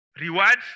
rewards